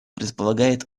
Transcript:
предполагает